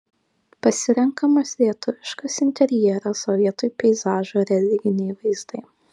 pasirenkamas lietuviškas interjeras o vietoj peizažo religiniai vaizdai